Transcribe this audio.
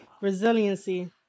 resiliency